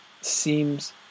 seems